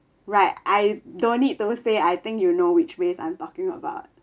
right I don't need to say I think you know which race I'm talking about